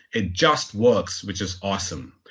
it just works which is awesome.